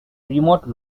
remote